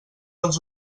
els